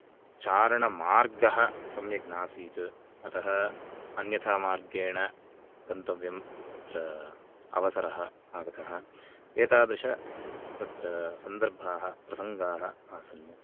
चारणमार्गः सम्यग् नासीत् अतः अन्यथामार्गेण गन्तव्यं तत्र अवसरः आगतः एतादृश तत्र सन्दर्भाः प्रसङ्गाः आसन्